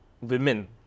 women